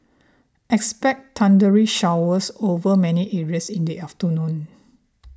expect thundery showers over many areas in the afternoon